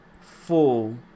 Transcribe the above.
full